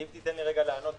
אם תיתן לי רגע לענות,